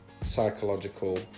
psychological